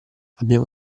abbiamo